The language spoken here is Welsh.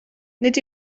nid